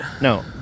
No